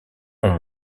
ont